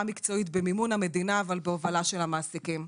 מקצועית במימון המדינה אבל בהובלה של המעסיקים.